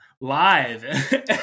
live